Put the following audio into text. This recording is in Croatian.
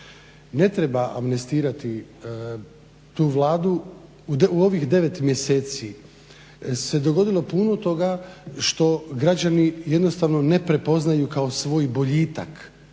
Ne treba amnestirati tu Vladu, u ovih 9 mjeseci se dogodilo puno toga što građani jednostavno ne prepoznaju kao svoj boljitak